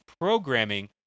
programming